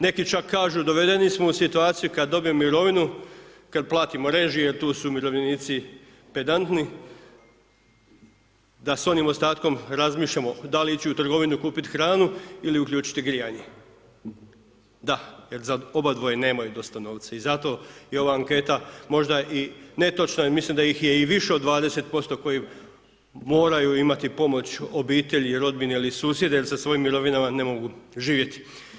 Neki čak kažu dovedeni smo u situaciju kad dobijemo mirovinu, kad platimo režije, tu su umirovljenici pedantni, da sa onim ostatkom razmišljamo da li ići u trgovinu kupiti hranu ili uključiti grijanje, da, jer za obadvoje nemaju dosta novca i zato je ova anketa možda i netočna i mislim da ih je i više od 20% koji moraju imati pomoć obitelji i rodbine ili susjeda jer sa svojim mirovinama ne mogu živjeti.